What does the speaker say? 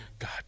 God